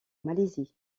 malaisie